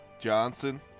Johnson